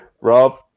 Rob